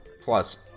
plus